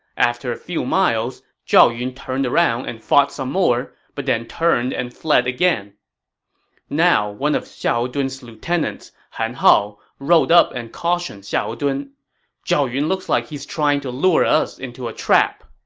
after a few miles, zhao yun turned around and fought some more, but then turned and fled again now, one of xiahou dun's lieutenants, han hao, rode up and cautioned xiahou dun zhao yun looks like he's trying to lure us into a trap.